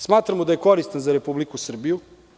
Smatramo da je koristan za Republiku Srbiju.